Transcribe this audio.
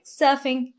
surfing